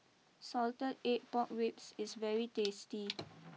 Salted Egg Pork Ribs is very tasty